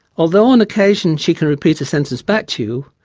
although on occasion she can repeat a sentence back to you,